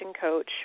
coach